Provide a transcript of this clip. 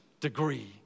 degree